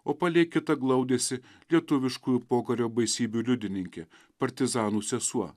o palei kitą glaudėsi lietuviškųjų pokario baisybių liudininkė partizanų sesuo